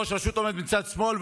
ראש רשות עומד מצד שמאל,